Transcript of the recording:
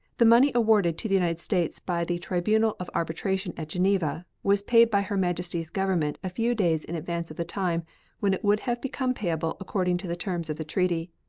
the money awarded to the united states by the tribunal of arbitration at geneva was paid by her majesty's government a few days in advance of the time when it would have become payable according to the terms of the treaty.